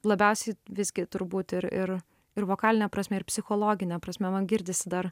labiausiai visgi turbūt ir ir ir vokaline prasme ir psichologine prasme man girdisi dar